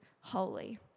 holy